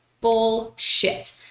bullshit